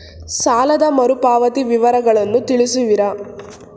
ಸಾಲದ ಮರುಪಾವತಿ ವಿವರಗಳನ್ನು ತಿಳಿಸುವಿರಾ?